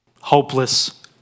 hopeless